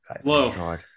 Whoa